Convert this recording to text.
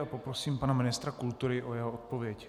Poprosím pana ministra kultury o jeho odpověď.